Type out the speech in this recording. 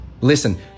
Listen